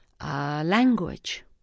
Language